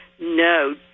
no